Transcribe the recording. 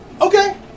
Okay